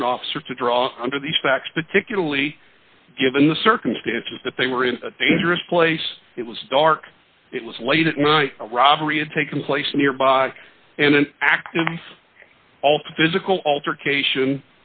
an officer to draw under these facts particularly given the circumstances that they were in a dangerous place it was dark it was late at night a robbery had taken place nearby and an active all physical altercation